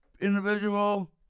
individual